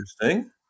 interesting